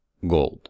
Gold